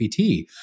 gpt